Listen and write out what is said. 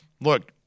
look